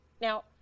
Now